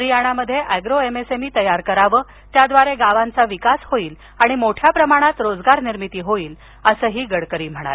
हरियाणामध्ये agro MSME तयार करावं त्याद्वारे गावांचा विकास होईल आणि मोठ्या प्रमाणात रोजगार निर्मिती होईल असंही गडकरी म्हणाले